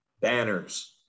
banners